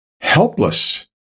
helpless